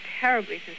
terribly